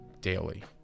daily